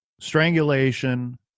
strangulation